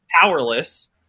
powerless